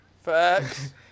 Facts